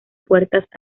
puertas